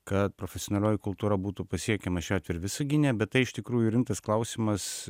kad profesionalioji kultūra būtų pasiekiama šiuo atveju visagine bet tai iš tikrųjų rimtas klausimas